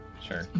Sure